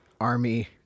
army